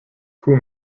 crew